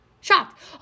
Shocked